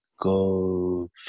go